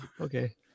okay